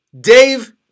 Dave